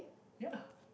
ya